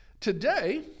Today